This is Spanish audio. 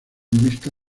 mixta